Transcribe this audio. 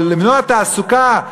אבל למנוע עוני,